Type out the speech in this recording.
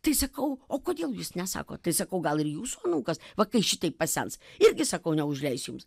tai sakau o kodėl jūs nesakot tai sakau gal ir jūsų anūkas va kai šitaip pasens irgi sakau neužleis jums